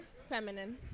feminine